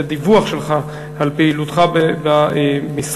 לדיווח שלך על פעילותך במשרד,